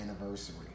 anniversary